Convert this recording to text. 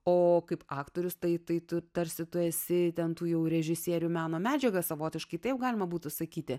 o kaip aktorius tai tu tarsi tu esi ten tu jau režisierių meno medžiagą savotiškai taip galima būtų sakyti